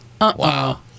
Wow